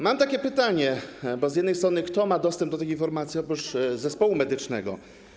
Mam takie pytanie: Z jednej strony - kto ma dostęp do tych informacji oprócz zespołu medycznego?